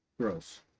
Gross